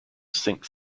sync